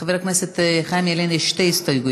לחבר הכנסת חיים ילין יש שתי הסתייגויות,